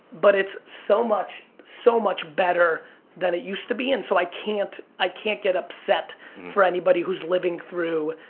but it's so much so much better than it used to be, and so i can't i can't get upset for anybody who's living through,